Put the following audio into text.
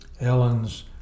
Ellen's